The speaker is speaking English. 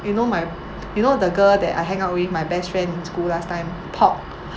you know my you know the girl that I hang out with my best friend in school last time pop